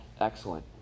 excellent